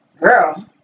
Girl